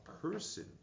person